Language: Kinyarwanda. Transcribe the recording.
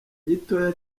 gitoya